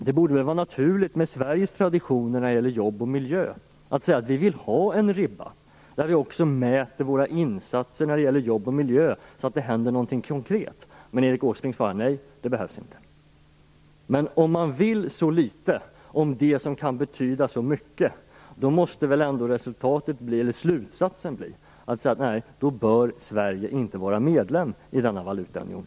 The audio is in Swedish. Det borde väl vara naturligt med tanke på Sveriges tradition när det gäller jobb och miljö att säga att vi vill ha en ribba med vilken vi mäter våra insatser när det gäller jobb och miljö, så att något händer konkret. Men Erik Åsbrink svarar: Nej, det behövs inte. Om man vill så litet med det som kan betyda så mycket, måste väl ändå slutsatsen bli att Sverige inte bör vara medlem i denna valutaunion.